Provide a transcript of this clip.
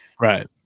right